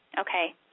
Okay